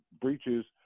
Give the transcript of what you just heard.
breaches